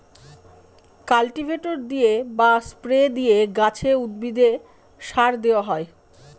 cultivator দিয়ে বা spray দিয়ে গাছে, উদ্ভিদে সার দেওয়া হয়